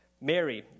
Mary